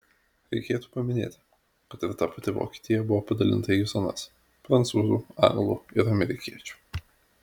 reikėtų paminėti kad ir ta pati vokietija buvo padalinta į zonas prancūzų anglų ir amerikiečių